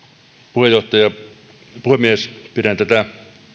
puhemies